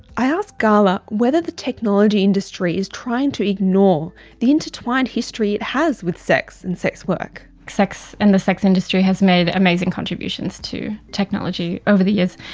i ask gala whether the technology industry is trying to ignore the intertwined history it has with sex and sex work. sex and the sex industry has made amazing contributions to technology over the years.